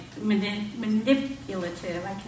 manipulative